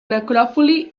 necròpoli